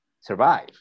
survive